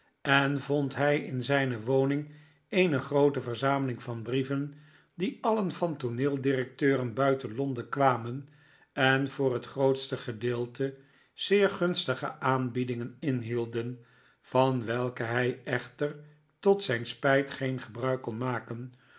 en vond hij in zijne woning eene groote verzameling van brieven die alien van tooneeldirecteuren buiten londen kwamen en voor net grootste gedeelte zeer gunstige aanbiedingen inhielden van welke hij echter tot zijn spijt geen gebruik kon maken